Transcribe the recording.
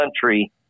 country